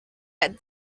that